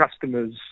customers